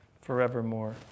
forevermore